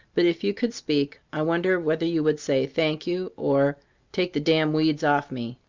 but if you could speak, i wonder whether you would say, thank you or take the damn weeds off me